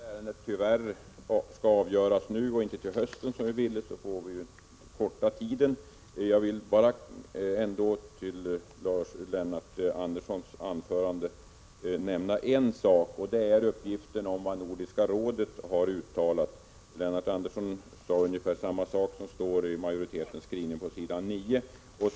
Herr talman! Eftersom detta ärende tyvärr skall avgöras nu och inte i höst, som vi ville, får vi korta ner debattiden. Jag vill bara med Lennart Andersson ta upp frågan om vad Nordiska rådet har uttalat. Lennart Andersson sade ungefär samma saker som står i majoritetens skrivning på s. 9 i betänkandet.